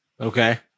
Okay